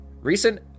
Recent